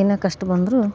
ಏನೇ ಕಷ್ಟ ಬಂದರೂನು